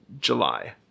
July